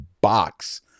box